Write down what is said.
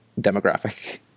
demographic